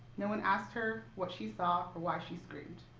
no one asked her what she thought or why she screamed.